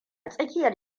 tsakiyar